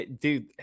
Dude